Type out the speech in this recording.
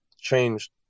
changed